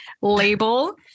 label